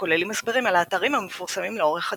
וכוללים הסברים על האתרים המפורסמים לאורך הדרך.